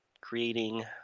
creating